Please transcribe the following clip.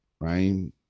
right